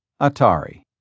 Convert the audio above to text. Atari